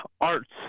arts